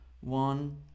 one